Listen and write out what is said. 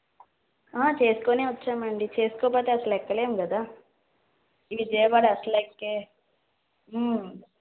ఆ చేసుకునే వచ్చామండి చేసుకోకపోతే అస్సలు ఎక్కలేం కదా విజయవాడ అస్సలు ఎక్కలేం